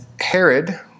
Herod